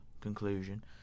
conclusion